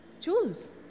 choose